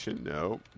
no